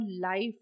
life